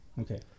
Okay